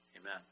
Amen